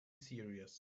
serious